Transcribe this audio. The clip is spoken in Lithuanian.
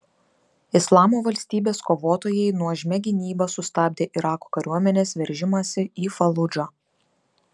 islamo valstybės kovotojai nuožmia gynyba sustabdė irako kariuomenės veržimąsi į faludžą